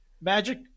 magic